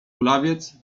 kulawiec